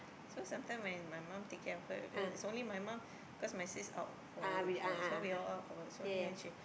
so sometime when my mum take care of her it's only my mum cause my sis out for so we all out for work it's only when she